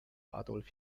adolf